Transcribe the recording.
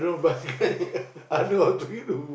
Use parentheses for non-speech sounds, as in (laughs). (laughs)